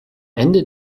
ende